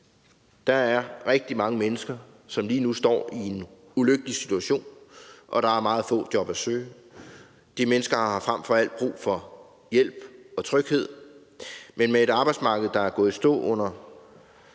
Der er rigtig mange mennesker, som lige nu står i en ulykkelig situation, og der er meget få job at søge. De mennesker har frem for alt brug for hjælp og tryghed, men med et arbejdsmarked, der er gået i stå under